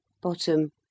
bottom